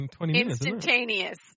Instantaneous